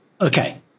okay